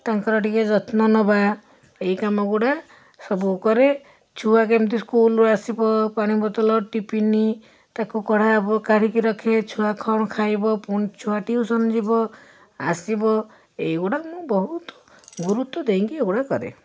ତାଙ୍କର ଟିକିଏ ଯତ୍ନ ନେବା ଏଇ କାମ ଗୁଡ଼ା ସବୁ କରେ ଛୁଆ କେମିତି ସ୍କୁଲ୍ରୁ ଆସିବ ପାଣି ବୋତଲ ଟିଫିନ୍ ତାକୁ କଢ଼ା ହେବ କାଢ଼ିକି ରଖିକି ଛୁଆ କ'ଣ ଖାଇବ ପୁଣି ଛୁଆ ଟିଉସନ୍ ଯିବ ଆସିବ ଏଇଗୁଡ଼ା ମୁଁ ବହୁତ ଗୁରୁତ୍ୱ ଦେଇକି ଏଗୁଡ଼ା କରେ